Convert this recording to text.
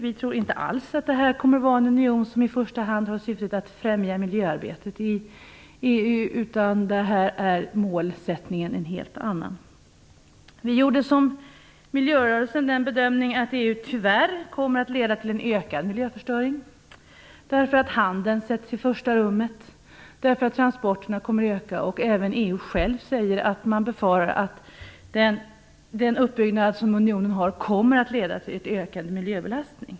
Vi tror inte alls att det kommer vara en union som i första hand har till syfte att främja miljöarbetet i EU, utan målsättningen är en helt annan. Vi gjorde som miljörörelse den bedömningen att EU tyvärr kommer att leda till en ökad miljöförstöring därför att handeln sätts i första rummet och därför att transporterna kommer att öka. EU självt säger att man befarar att den uppbyggnad som unionen har kommer att leda till ökad miljöbelastning.